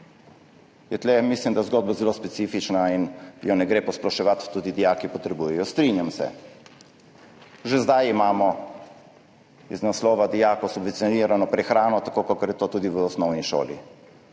šol, je tu zgodba zelo specifična in je ne gre posploševati, tudi dijaki potrebujejo, strinjam se. Že zdaj imamo iz naslova dijakov subvencionirano prehrano, kakor je to tudi v osnovni šoli,